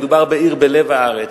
מדובר בעיר בלב הארץ,